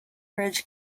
bridge